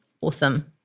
awesome